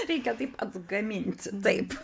reikia taip atgaminti taip